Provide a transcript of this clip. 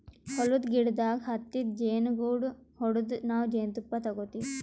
ಹೊಲದ್ದ್ ಗಿಡದಾಗ್ ಹತ್ತಿದ್ ಜೇನುಗೂಡು ಹೊಡದು ನಾವ್ ಜೇನ್ತುಪ್ಪ ತಗೋತಿವ್